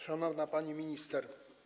Szanowna Pani Minister!